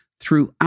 throughout